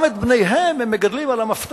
גם את בניהם הם מגדלים על המפתח